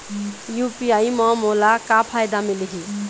UPI म मोला का फायदा मिलही?